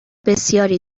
بسیاری